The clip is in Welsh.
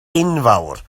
enfawr